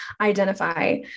identify